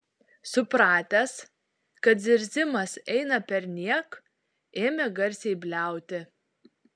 supratęs kad zirzimas eina perniek ėmė garsiai bliauti